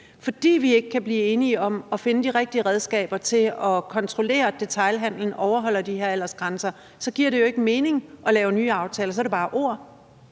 fordi vi ikke kan blive enige om at finde de rigtige redskaber til at kontrollere, om detailhandelen overholder de her aldersgrænser, og så er det bare ord.